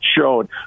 showed